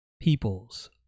peoples